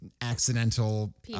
accidental